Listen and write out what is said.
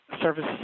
Service